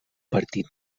partit